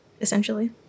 essentially